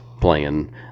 playing